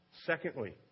Secondly